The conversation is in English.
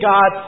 God